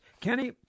Kenny